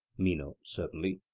meno certainly